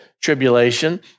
tribulation